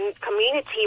community